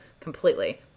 completely